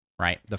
Right